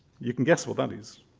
you can guess what that is.